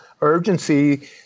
urgency